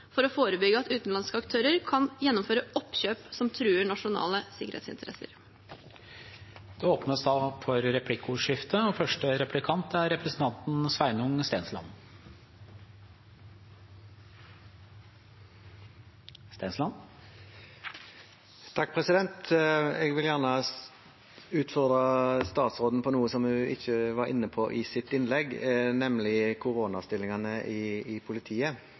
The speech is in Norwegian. for å forebygge at utenlandske aktører kan gjennomføre oppkjøp som truer nasjonale sikkerhetsinteresser. Det blir replikkordskifte. Jeg vil gjerne utfordre statsråden på noe hun ikke var inne på i sitt innlegg, nemlig koronastillingene i politiet. Da Høyre styrte i Justisdepartementet, sikret vi det største permanente bemanningsløftet for politiet